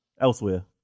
elsewhere